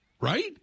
Right